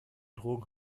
drogen